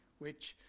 which,